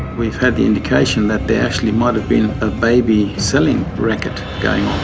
we've had the indication that there actually might've been a baby-selling racket going